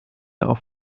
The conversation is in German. auf